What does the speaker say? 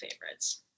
favorites